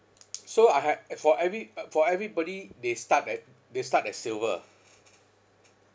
so I ha~ uh for every~ uh for everybody they start at they start at silver